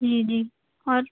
جی جی اور